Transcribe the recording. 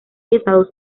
estados